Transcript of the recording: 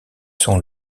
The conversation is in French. sont